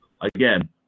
Again